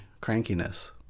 crankiness